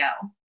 go